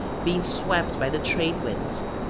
being swept by the trade-winds.